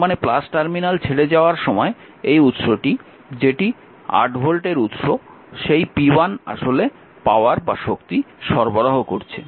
তার মানে টার্মিনাল ছেড়ে যাওয়ার সময় এই উৎসটি যেটি 8 ভোল্টের উৎস সেই p1 আসলে শক্তি সরবরাহ করছে